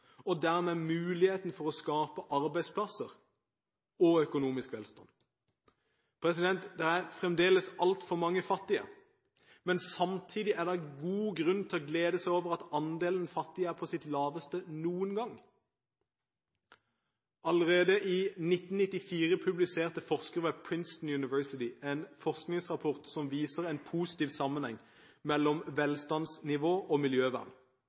og dermed for muligheten til å skape arbeidsplasser og økonomisk velstand. Det er fremdeles altfor mange fattige, men samtidig er det god grunn til å glede seg over at andelen fattige er på sitt laveste noen gang. Allerede i 1994 publiserte forskere ved Princeton University en forskningsrapport som viser en positiv sammenheng mellom velstandsnivå og miljøvern.